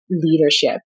leadership